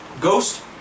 Ghost